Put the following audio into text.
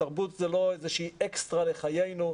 תרבות זה לא איזושהי אקסטרה לחיינו.